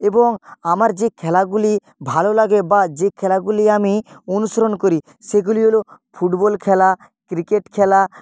এবং আমার যে খেলাগুলি ভালো লাগে বা যে খেলাগুলি আমি অনুসরণ করি সেগুলি হল ফুটবল খেলা ক্রিকেট খেলা